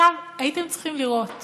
הייתם צריכים לראות